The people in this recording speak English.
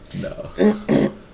no